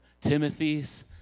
Timothy's